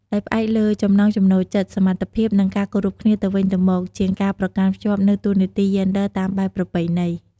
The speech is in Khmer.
ដោយផ្អែកលើ ចំណង់ចំណូលចិត្ត សមត្ថភាព និង ការគោរពគ្នាទៅវិញទៅមក ជាងការប្រកាន់ខ្ជាប់នូវតួនាទីយេនឌ័រតាមបែបប្រពៃណី។